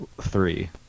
three